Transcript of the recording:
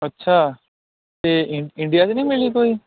ਅੱਛਾ ਅਤੇ ਇੰਨ ਇੰਡੀਆ 'ਚ ਨਹੀਂ ਮਿਲੀ ਕੋਈ